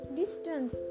distance